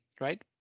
right